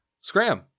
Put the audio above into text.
Scram